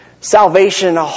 salvation